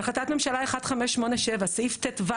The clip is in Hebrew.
בהחלטת ממשלה 1587 סעיף טו,